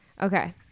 Okay